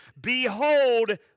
behold